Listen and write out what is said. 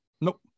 Nope